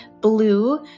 blue